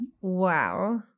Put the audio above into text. Wow